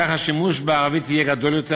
כך השימוש בערבית יעלה,